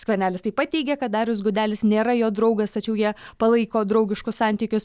skvernelis taip pat teigė kad darius gudelis nėra jo draugas tačiau jie palaiko draugiškus santykius